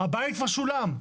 הבית כבר שולם.